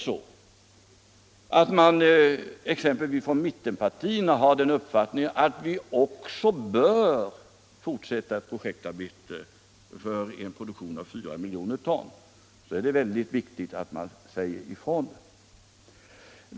Har exempelvis mittenpartierna den uppfattningen att vi också bör fortsätta ett projektarbete för en produktion av 4 miljoner ton, så är det väldigt viktigt att man säger ifrån detta.